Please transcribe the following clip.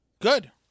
Good